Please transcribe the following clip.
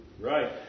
Right